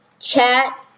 chat